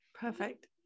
Perfect